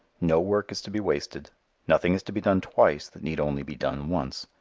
no work is to be wasted nothing is to be done twice that need only be done once.